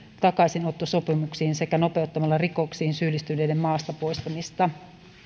takaisinottosopimuksiin sekä nopeuttamalla rikoksiin syyllistyneiden maasta poistamista